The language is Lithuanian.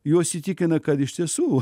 juos įtikina kad iš tiesų